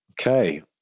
okay